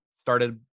started